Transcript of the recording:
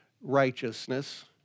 righteousness